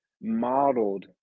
modeled